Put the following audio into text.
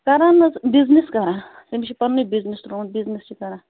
کران حظ بِزنِس کران تٔمۍ چھُ پَنٕنُے بِزنِس ترٛوومُت بِزنِس چھِ کران